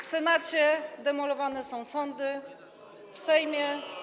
W Senacie demolowane są sądy, w Sejmie.